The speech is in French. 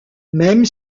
même